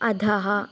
अधः